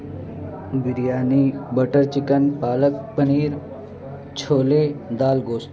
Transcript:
biryani butter chicken palak paneer chole dal گوشت